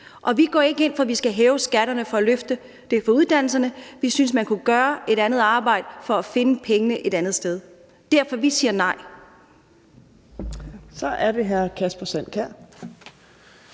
Og vi går ikke ind for at hæve skatterne for at løfte det for uddannelserne. Vi synes, man kunne gøre et arbejde for at finde pengene et andet sted. Derfor siger vi nej.